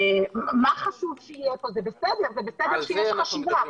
מה חשוב שיהיה פה, זה בסדר, זה בסדר שיש חשיבה.